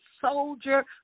soldier